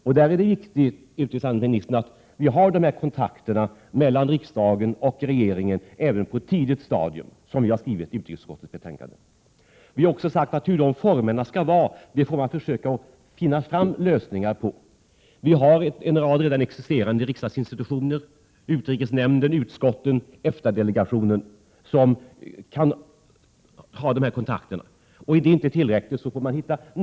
Det är viktigt, utrikeshandelsministern, att vi har dessa kontakter mellan riksdagen och regeringen även på ett tidigt stadium. Detta har vi skrivit i utrikesutskottets betänkande. Vi har också sagt att man får försöka finna lösningar för hur dessa former skall se ut. Vi har redan en rad existerande riksdagsinstitutioner, utrikesnämnden, utskotten, EFTA-delegationen, som kan ha dessa kontakter. Om inte det är tillräckligt får man hitta nya former. — Prot.